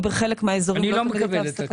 ובחלק מהאזורים --- אני לא מקבל את התשובה הזאת.